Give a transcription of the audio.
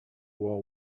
war